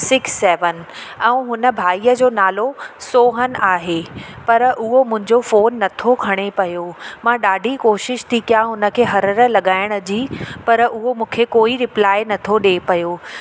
six seven ऐं हुन भाईअ जो नालो सोहन आहे पर उहो मुंहिंजो फोन नथो खणे पियो मां ॾाढी कोशिश थी कयां उन खे हरर लॻाइण जी पर उहो मूंखे कोई रिप्लाई नथो ॾिए पियो